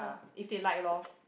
if they like loh